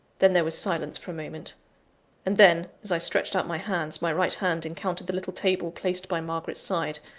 then there was silence for a moment and then, as i stretched out my hands, my right hand encountered the little table placed by margaret's side,